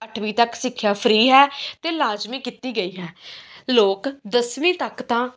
ਅੱਠਵੀਂ ਤੱਕ ਸਿੱਖਿਆ ਫ਼ਰੀ ਹੈ ਅਤੇ ਲਾਜ਼ਮੀ ਕੀਤੀ ਗਈ ਹੈ ਲੋਕ ਦੱਸਵੀਂ ਤੱਕ ਤਾਂ